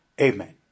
Amen